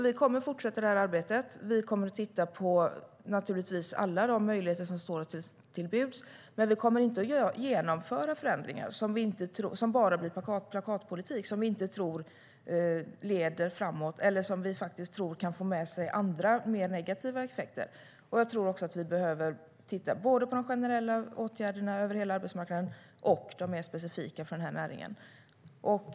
Vi kommer att fortsätta arbetet. Vi kommer naturligtvis att titta på alla de möjligheter som står till buds. Men vi kommer inte att genomföra förändringar som bara blir plakatpolitik, som vi inte tror leder framåt eller som vi tror kan föra med sig andra, mer negativa, effekter. Jag tror också att vi behöver titta på både de generella åtgärderna över hela arbetsmarknaden och de mer specifika för denna näring.